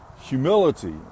Humility